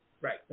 Right